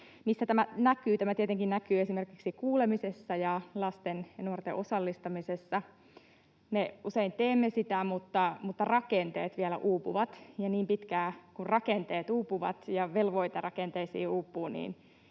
näkyy esimerkiksi kuulemisessa ja lasten ja nuorten osallistamisessa. Me usein teemme sitä, mutta rakenteet vielä uupuvat. Ja niin pitkään, kun rakenteet uupuvat ja velvoite rakenteisiin uupuu,